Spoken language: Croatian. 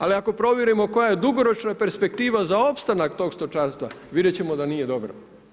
Ali ako provjerimo koja je dugoročna perspektiva za opstanak tog stočarstva vidjet ćemo da nije dobro.